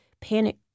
panic